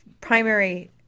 primary